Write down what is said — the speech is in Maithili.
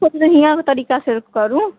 तू अपने हियाँके तरीकासँ करू